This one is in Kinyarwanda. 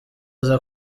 aza